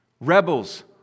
Rebels